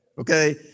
okay